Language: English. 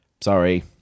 Sorry